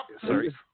Sorry